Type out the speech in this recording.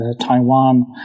taiwan